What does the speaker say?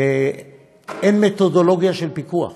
אין מתודולוגיה של פיקוח,